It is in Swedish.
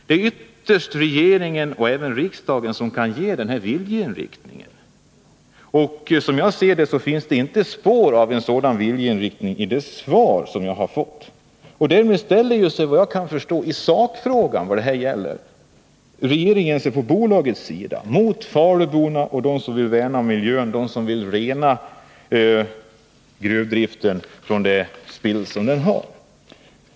Det är ytterst regeringen och riksdagen som kan ange en sådan viljeinriktning. Som jag ser det finns det inte spår av en sådan viljeinriktning i de svar jag har fått. Därmed ställer sig regeringen i sakfrågan på bolagets sida mot faluborna och dem som vill värna om miljön och rena gruvdriften från dess spill.